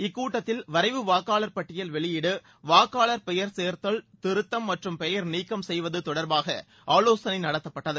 இக்கூட்டத்தில் வரைவு வாக்காளர் பட்டியல் வெளியீடு வாக்காளர் பெயர் சேர்த்தல் திருத்தம் மற்றும் பெயர் நீக்கம் செய்வது தொடர்பாக ஆலோசனை நடத்தப்பட்டது